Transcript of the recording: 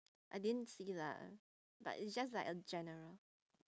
I didn't see lah but it's just like a general